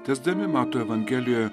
tęsdami mato evangelijoje